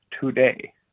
today